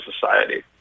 society